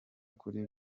kuri